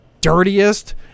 dirtiest